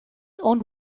owned